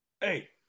Hey